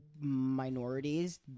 minorities